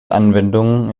anwendung